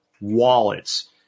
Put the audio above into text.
wallets